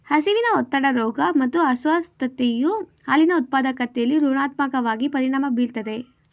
ಹಸಿವಿನ ಒತ್ತಡ ರೋಗ ಮತ್ತು ಅಸ್ವಸ್ಥತೆಯು ಹಾಲಿನ ಉತ್ಪಾದಕತೆಲಿ ಋಣಾತ್ಮಕವಾಗಿ ಪರಿಣಾಮ ಬೀರ್ತದೆ